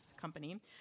company